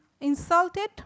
insulted